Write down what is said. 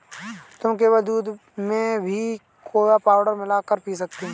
तुम केवल दूध में भी कोको पाउडर मिला कर पी सकते हो